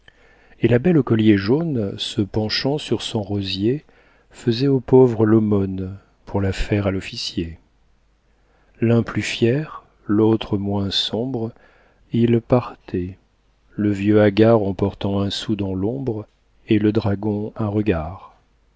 et la belle au collier jaune se penchant sur son rosier faisait au pauvre l'aumône pour la faire à l'officier l'un plus fier l'autre moins sombre ils partaient le vieux hagard emportant un sou dans l'ombre et le dragon un regard